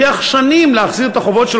בשנתיים וחצי האחרונות,